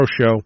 Show